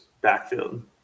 backfield